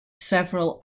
several